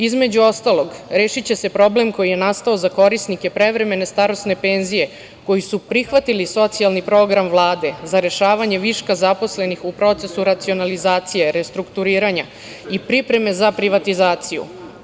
Između ostalog, rešiće se problem koji je nastao za korisnike prevremene starosne penzije koji su prihvatili socijalni program Vlade za rešavanje viška zaposlenih u procesu racionalizacije, restrukturiranja i pripreme za privatizaciju.